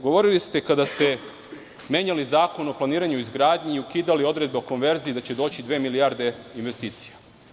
Govorili ste kada ste menjali Zakon o planiranju i izgradnji i ukidali odredbe o konverziji da će doći dve milijarde investicija.